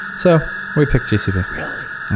so we picked gcp. really?